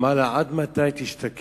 אמר לה: "עד מתי תשתכרין,